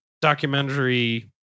documentary